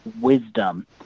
wisdom